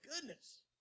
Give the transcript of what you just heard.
goodness